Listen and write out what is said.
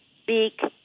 speak